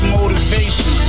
motivation